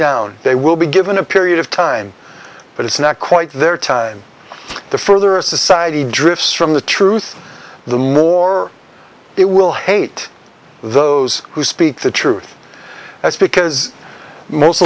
down they will be given a period of time but it's not quite there time the further a society drifts from the truth the more it will hate those who speak the truth that's because